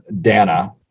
Dana